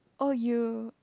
oh you